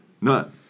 None